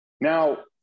Now